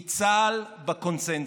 כי צה"ל בקונסנזוס.